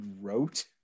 wrote